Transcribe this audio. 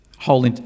Whole